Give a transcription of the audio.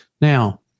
Now